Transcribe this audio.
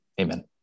Amen